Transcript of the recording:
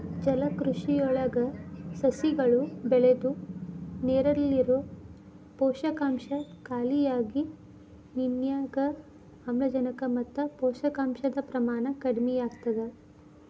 ಜಲಕೃಷಿಯೊಳಗ ಸಸಿಗಳು ಬೆಳದು ನೇರಲ್ಲಿರೋ ಪೋಷಕಾಂಶ ಖಾಲಿಯಾಗಿ ನಿರ್ನ್ಯಾಗ್ ಆಮ್ಲಜನಕ ಮತ್ತ ಪೋಷಕಾಂಶದ ಪ್ರಮಾಣ ಕಡಿಮಿಯಾಗ್ತವ